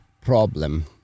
problem